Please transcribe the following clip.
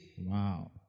Wow